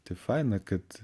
tai faina kad